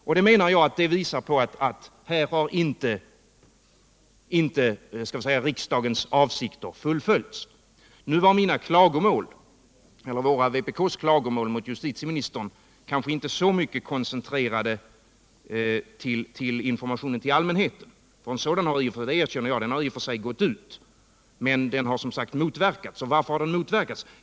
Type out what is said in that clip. Och jag menar att de visar att riksdagens avsikter inte har fullföljts här. Nu var vpk:s klagomål mot justitieministern inte så mycket koncentrerade på informationen till allmänheten — för sådan har i och för sig gått ut, men den har som sagt motverkats. Och varför det?